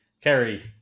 Carrie